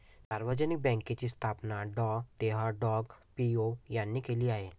सार्वजनिक बँकेची स्थापना डॉ तेह हाँग पिओ यांनी केली आहे